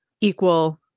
equal